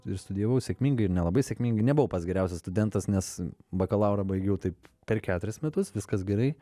ir studijavau sėkmingai ir nelabai sėkmingai nebuvau pats geriausias studentas nes bakalaurą baigiau taip per keturis metus viskas gerai